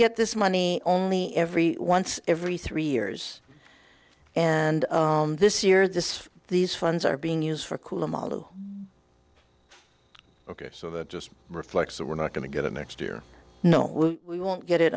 get this money only every once every three years and this year this these funds are being used for cool a model ok so that just reflects that we're not going to get a next year no we won't get it